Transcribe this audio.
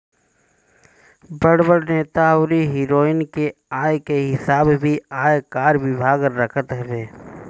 बड़ बड़ नेता अउरी हीरो हिरोइन के आय के हिसाब भी आयकर विभाग रखत हवे